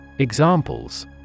Examples